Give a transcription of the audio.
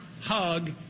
hug